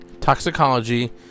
toxicology